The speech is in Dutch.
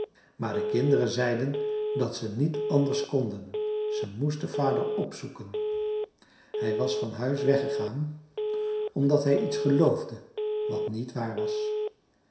maar de kinderen zeiden dat ze niet anders konden ze moesten vader opzoeken hij was van huis weggegaan omdat hij iets geloofde wat niet waar was